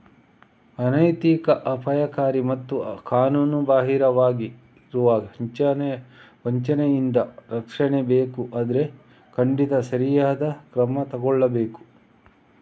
ಅನೈತಿಕ, ಅಪಾಯಕಾರಿ ಮತ್ತು ಕಾನೂನುಬಾಹಿರವಾಗಿರುವ ವಂಚನೆಯಿಂದ ರಕ್ಷಣೆ ಬೇಕು ಅಂದ್ರೆ ಖಂಡಿತ ಸರಿಯಾದ ಕ್ರಮ ತಗೊಳ್ಬೇಕು